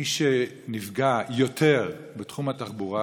מי שנפגעים יותר בתחום התחבורה